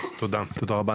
תודה רבה,